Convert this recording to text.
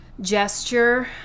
gesture